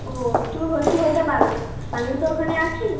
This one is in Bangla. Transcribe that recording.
ও তুমি ভর্তি হতে পারো আমিও তো ওখানে আছি